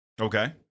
okay